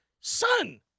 Son